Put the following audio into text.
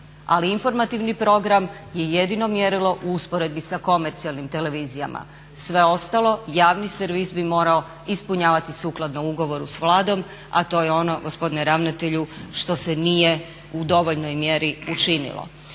Ali informativni program je jedino mjerilo u usporedbi sa komercijalnim televizijama, sve ostalo javni servis bi morao ispunjavati sukladno ugovoru s vladom, a to je ono gospodine ravnatelju što se nije u dovoljnoj mjeri učinilo.